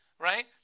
right